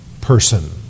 person